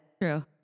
True